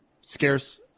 Scarce